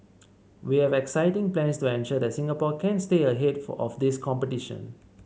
we have exciting plans to ensure that Singapore can stay ahead of this competition